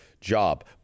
job